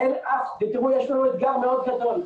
תראו, יש לנו אתגר מאוד גדול.